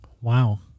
Wow